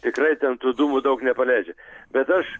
tikrai ten tų dūmų daug nepaleidžia bet aš